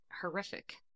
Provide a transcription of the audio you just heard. horrific